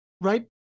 right